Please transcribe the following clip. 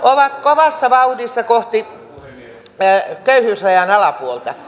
alan kovassa vauhdissa kohti köyhyysrajan alapuolta